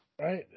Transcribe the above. Right